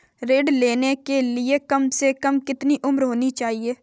ऋण लेने के लिए कम से कम कितनी उम्र होनी चाहिए?